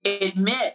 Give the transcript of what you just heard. admit